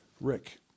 Rick